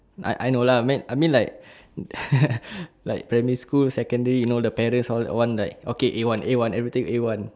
I I know lah mean I mean like like primary school secondary you know the parents all want like okay A one A one everything A one